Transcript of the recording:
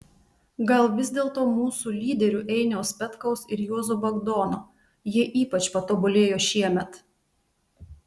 gal vis dėlto mūsų lyderių einiaus petkaus ir juozo bagdono jie ypač patobulėjo šiemet